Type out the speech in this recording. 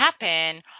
happen